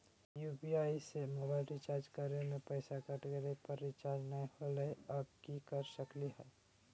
UPI से mobile recharge करे में पैसा कट गेलई, पर रिचार्ज नई होलई, अब की कर सकली हई?